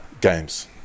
games